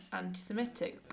anti-Semitic